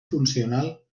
funcional